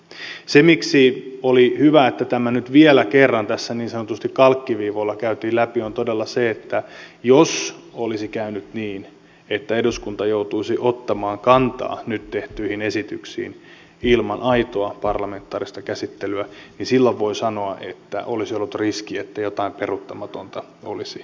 syy siihen miksi oli hyvä että tämä nyt vielä kerran tässä niin sanotusti kalkkiviivoilla käytiin läpi on todella se että jos olisi käynyt niin että eduskunta joutuisi ottamaan kantaa nyt tehtyihin esityksiin ilman aitoa parlamentaarista käsittelyä niin silloin voi sanoa että olisi ollut riski että jotain peruuttamatonta olisi tapahtunut